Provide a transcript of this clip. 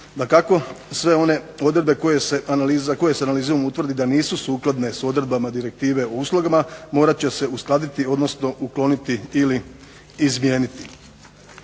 Dakako, sve one odredbe za koje se analizom utvrdi da nisu sukladne s odredbama Direktive o uslugama morat će se uskladiti, odnosno ukloniti ili izmijeniti.